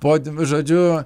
podium žodžiu